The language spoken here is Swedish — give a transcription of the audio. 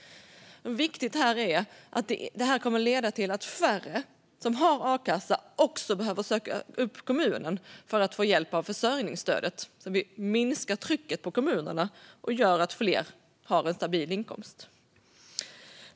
Det som är viktigt här är att detta kommer att leda till att färre som har a-kassa kommer att behöva söka upp kommunen för att få försörjningsstöd. Då minskar vi trycket på kommunerna, och fler har en stabil inkomst.